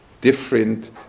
different